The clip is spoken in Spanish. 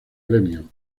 gremio